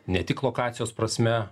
ne tik lokacijos prasme